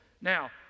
now